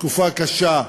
תקופה קשה,